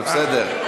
אבל בסדר.